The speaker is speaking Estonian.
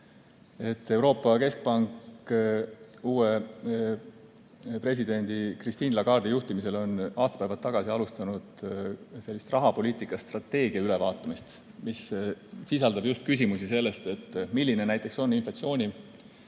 et Euroopa Keskpank uue presidendi Christine Lagarde'i juhtimisel on aastapäevad tagasi alustanud rahapoliitika strateegia ülevaatamist. See sisaldab just küsimusi selle kohta, milline on inflatsiooni